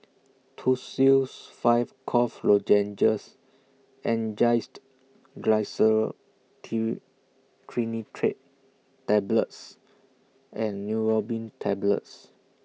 Tussils five Cough Lozenges Angised Glyceryl Trinitrate Tablets and Neurobion Tablets